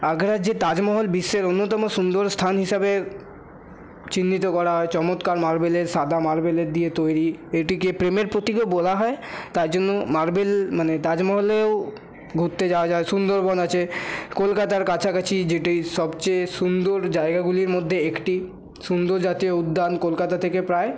আগ্রার যে তাজমহল বিশ্বের অন্যতম সুন্দর স্থান হিসাবে চিহ্নিত করা হয় চমৎকার মার্বেলের সাদা মার্বেলের দিয়ে তৈরি এটিকে প্রেমের প্রতীকও বলা হয় তার জন্য মার্বেল মানে তাজমহলেও ঘুরতে যাওয়া যায় সুন্দরবন আছে কলকাতার কাছাকাছি যেটি সবচেয়ে সুন্দর জায়গাগুলির মধ্যে একটি সুন্দর জাতীয় উদ্যান কলকাতা থেকে প্রায়